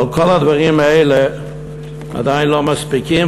אבל כל הדברים האלה עדיין לא מספיקים,